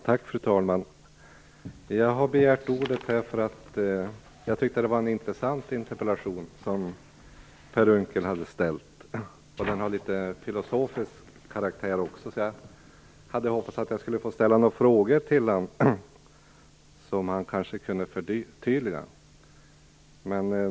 Fru talman! Jag har begärt ordet därför att jag tycker att Per Unckels interpellation är intressant. Den har också litet grand en filosofisk karaktär. Jag har några frågor till Per Unckel och hoppas på ett förtydligande.